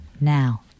Now